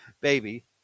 baby